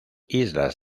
islas